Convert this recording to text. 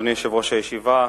אדוני יושב-ראש הישיבה,